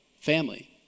family